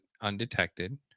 undetected